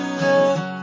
love